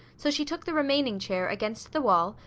so she took the remaining chair, against the wall,